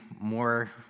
more